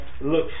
look